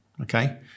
okay